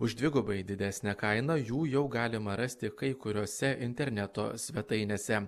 už dvigubai didesnę kainą jų jau galima rasti kai kuriose interneto svetainėse